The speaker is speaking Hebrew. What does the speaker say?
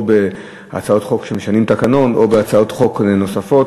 או הצעות חוק שמשנות תקנון או הצעות חוק נוספות